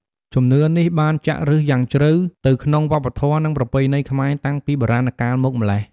ជំនឿនេះបានចាក់ឫសយ៉ាងជ្រៅទៅក្នុងវប្បធម៌ និងប្រពៃណីខ្មែរតាំងពីបុរាណកាលមកម្ល៉េះ។